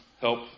help